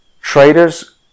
Traders